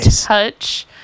Touch